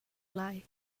lai